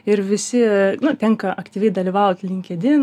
ir visi tenka aktyviai dalyvauti linkedin